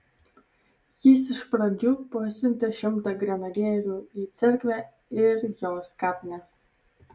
jis iš pradžių pasiuntė šimtą grenadierių į cerkvę ir jos kapines